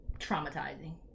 traumatizing